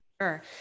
Sure